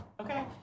Okay